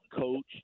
coach